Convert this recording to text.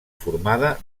formada